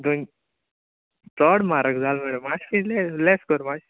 गय चोड म्हारग जालां न्हय रे माश्शें इल्लें लॅस कर माश्शें